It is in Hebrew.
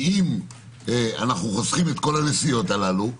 כי אם אנחנו חוסכים את כל הנסיעות הללו,